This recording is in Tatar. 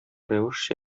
рәвешчә